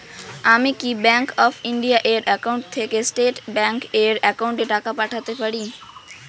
আমি কি Bank of India এর একাউন্ট থেকে স্টেট ব্যাংক এর একাউন্টে টাকা পাঠাতে পারি?